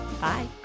Bye